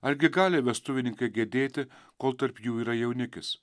argi gali vestuvininkai gedėti kol tarp jų yra jaunikis